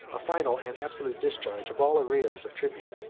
a final and absolute discharge of all arrears of tribute,